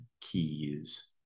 keys